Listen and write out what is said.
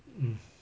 mm